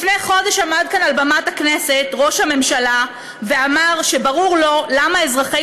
לפני חודש עמד כאן על במת הכנסת ראש הממשלה ואמר שברור לו למה אזרחי